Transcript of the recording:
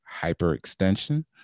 hyperextension